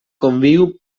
conviu